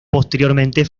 posteriormente